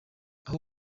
aho